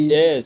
Yes